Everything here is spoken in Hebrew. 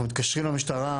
אנחנו מתקשרים למשטרה,